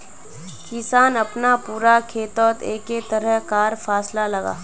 किसान अपना पूरा खेतोत एके तरह कार फासला लगाः